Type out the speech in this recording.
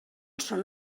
són